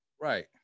Right